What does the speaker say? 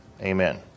Amen